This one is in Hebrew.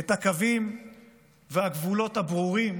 את הקווים והגבולות הברורים